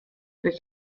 durch